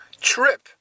trip